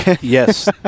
Yes